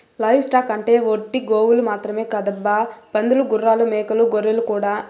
live stock అంటే ఒట్టి గోవులు మాత్రమే కాదబ్బా పందులు గుర్రాలు మేకలు గొర్రెలు కూడా